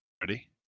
Ready